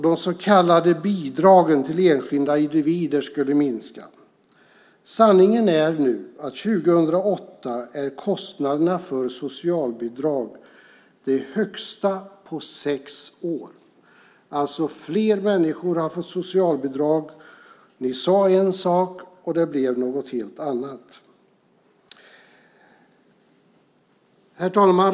De så kallade bidragen till enskilda individer skulle minska. Sanningen är nu att 2008 är kostnaderna för socialbidrag de högsta på sex år. Fler människor har alltså fått socialbidrag. Ni sade en sak, och det blev något helt annat. Herr talman!